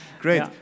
Great